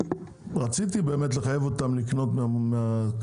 רציתי באמת לחייב אותם לקנות מהקטנים,